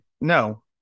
no